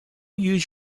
use